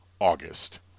August